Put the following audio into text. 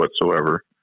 whatsoever